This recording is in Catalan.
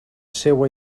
seua